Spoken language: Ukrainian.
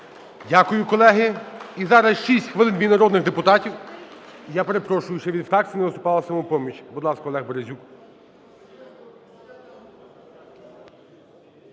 Дякую, колеги. І зараз 6 хвилин від народних депутатів. Я перепрошую, ще від фракцій не виступала "Самопоміч". Будь ласка, Олег Березюк.